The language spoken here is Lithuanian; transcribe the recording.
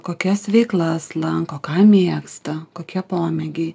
kokias veiklas lanko ką mėgsta kokie pomėgiai